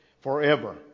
forever